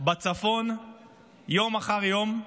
בצפון יום אחר יום,